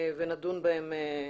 ונדון בהם.